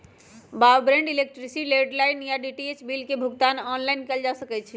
broadband, electricity, landline आऽ DTH bill के भुगतान ऑनलाइन कएल जा सकइ छै